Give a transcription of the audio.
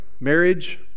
marriage